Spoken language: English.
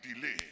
delay